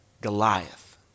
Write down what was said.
Goliath